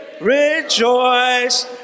Rejoice